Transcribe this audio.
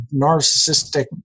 narcissistic